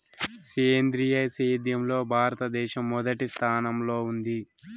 సేంద్రీయ సేద్యంలో భారతదేశం మొదటి స్థానంలో ఉంది